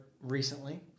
recently